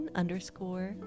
underscore